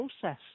process